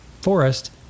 forest